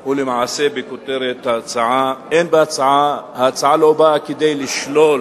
הוא למעשה בכותרת, ההצעה לא באה כדי לשלול